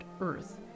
Earth